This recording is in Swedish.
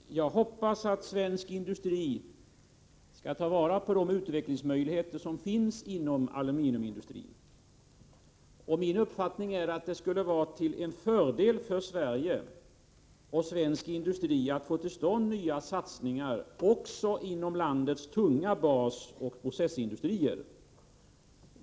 Fru talman! Jag hoppas att svensk industri skall ta vara på de utvecklingsmöjligheter som finns inom aluminiumindustrin. Det är min uppfattning att det skulle vara till fördel för svensk industri och Sverige att få till stånd nya satsningar också inom landets tunga basoch processindustrier.